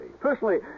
Personally